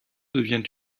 devient